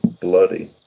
Bloody